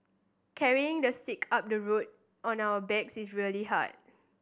carrying the sick up the road on our backs is really hard